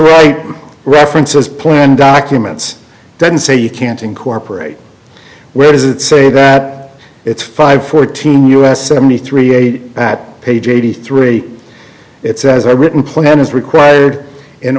wright references plan documents doesn't say you can't incorporate where does it say that it's five fourteen us seventy three eight that page eighty three it says i written plan is required in